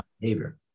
behavior